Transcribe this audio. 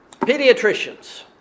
pediatricians